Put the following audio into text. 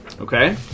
Okay